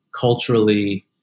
culturally